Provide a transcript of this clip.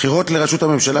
בחירות לראשות הממשלה,